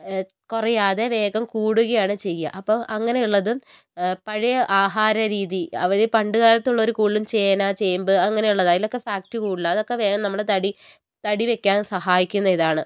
ഏ കുറയാതെ വേഗം കൂടുകയാണ് ചെയ്യുക അപ്പോൾ അങ്ങനെയുള്ളതും പഴയ ആഹാര രീതി അവർ പണ്ട് കാലത്തുള്ളവർ കൂടുതലും ചേന ചേമ്പ് അങ്ങനെയുള്ളതാണ് അതിലൊക്കെ ഫാക്റ്റ് കൂടുതലാണ് അതൊക്കെ വേഗം നമ്മളെ തടി തടി വെക്കാൻ സഹായിക്കുന്ന ഇതാണ്